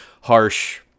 harsh